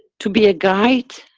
to be a guide,